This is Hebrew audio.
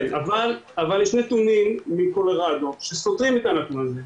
כן, אבל יש נתונים מקולורדו שסותרים את הנתון הזה.